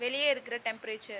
வெளியே இருக்கிற டெம்பரேச்சர்